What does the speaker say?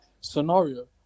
scenario